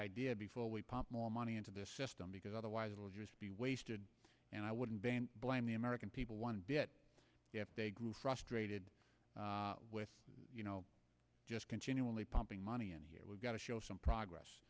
idea before we pump more money into the system because otherwise it'll just be wasted and i wouldn't blame the american people one bit if they grew frustrated with just continually pumping money in here we've got to show some progress